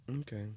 Okay